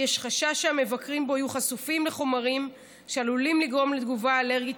יש חשש שהמבקרים בו יהיו חשופים לחומרים שעלולים לגרום לתגובה אלרגית